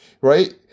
right